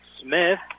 Smith